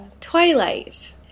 Twilight